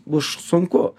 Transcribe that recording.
už sunku